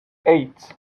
eight